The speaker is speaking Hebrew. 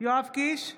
יואב קיש,